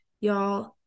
y'all